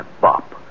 bop